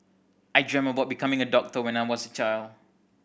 I dreamt of becoming a doctor when I was a child